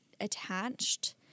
attached